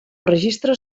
registre